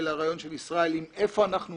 הרעיון של ישראל איפה אנחנו,